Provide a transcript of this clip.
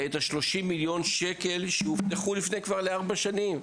את ה-30 מיליון שקלים שהובטחו כבר לפני ארבע שנים,